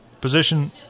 position